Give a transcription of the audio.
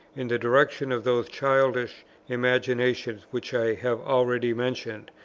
in the direction of those childish imaginations which i have already mentioned,